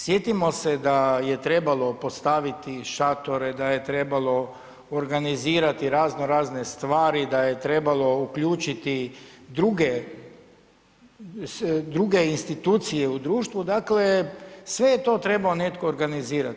Sjetimo se da je trebalo postaviti šatore, da je trebalo organizirati razno razne stvari, da je trebalo uključiti i druge, druge institucije u društvu, dakle sve je to trebao netko organizirati.